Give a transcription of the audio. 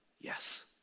Yes